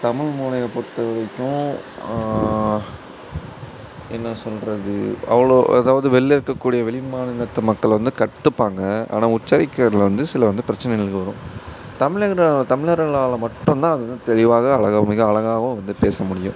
தமிழ் மொழிய பொறுத்த வரைக்கும் என்ன சொல்கிறது அவ்வளோ அதாவது வெளில இருக்கக்கூடிய வெளி மாநிலத்து மக்கள் வந்து கற்றுப்பாங்க ஆனால் உச்சரிக்கிறதில் வந்து சில வந்து பிரச்சனைகள் வரும் தமிழரு தமிழர்களால மட்டும் தான் அது வந்து தெளிவாக அழகா மிக அழகாகவும் வந்து பேச முடியும்